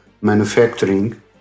manufacturing